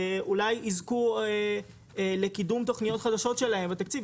אולי יזכו לקידום תוכניות חדשות שלהם או תקציב.